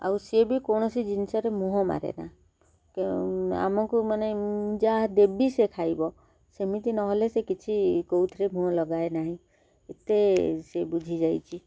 ଆଉ ସିଏ ବି କୌଣସି ଜିନିଷରେ ମୁହଁ ମାରେ ନା ଆମକୁ ମାନେ ଯାହା ଦେବି ସେ ଖାଇବ ସେମିତି ନହେଲେ ସେ କିଛି କେଉଁଥିରେ ମୁହଁ ଲଗାଏ ନାହିଁ ଏତେ ସେ ବୁଝିଯାଇଛି